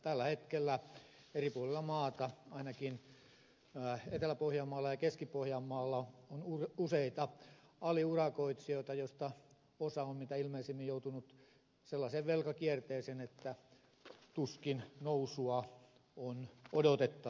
tällä hetkellä eri puolilla maata ainakin etelä pohjanmaalla ja keski pohjanmaalla on useita aliurakoitsijoita joista osa on mitä ilmeisimmin joutunut sellaiseen velkakierteeseen että tuskin nousua on odotettavissa